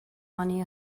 money